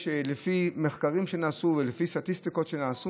לפי מחקרים שנעשו ולפי סטטיסטיקות שנעשו